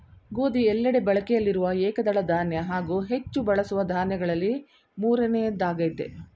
ಗೋಧಿ ಎಲ್ಲೆಡೆ ಬಳಕೆಯಲ್ಲಿರುವ ಏಕದಳ ಧಾನ್ಯ ಹಾಗೂ ಹೆಚ್ಚು ಬಳಸುವ ದಾನ್ಯಗಳಲ್ಲಿ ಮೂರನೆಯದ್ದಾಗಯ್ತೆ